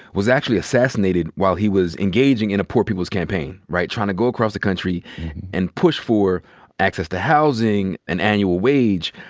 was actually assassinated while he was engaging in a poor people's campaign, right, tryin' to go across the country and push for access to housing, an annual wage.